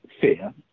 fear